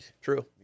True